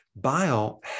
bile